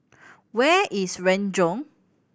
where is Renjong